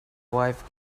wife